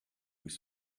his